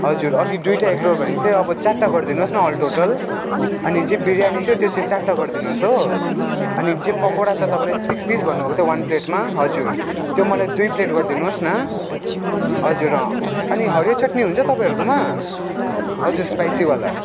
हजुर अघि दुईवटा एगरोल भनेको थिएँ अब चारवटा गरिदिनु होस् न अल टोटल अनि चाहिँ बिरयानी चाहिँ त्यो चाहिँ चारवटा गरिदिनु होस् हो अनि जे पकौडा छ तपाईँले सिक्स पिस भन्नुभएको थियो वान प्लेटमा हजुर त्यो मलाई दुई प्लेट गरिदिनु होस् न हजुर अँ अनि हरियो चटनी हुन्छ तपाईँहरूकोमा हजुर स्पाइसीवाला